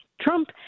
Trump